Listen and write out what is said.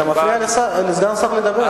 אתה מפריע לסגן השר לדבר.